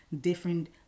different